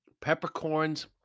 peppercorns